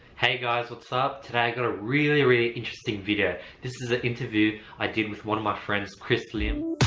hey guys, what's up today? i got a really really interesting video. this is an interview i did with one of my friends chris liam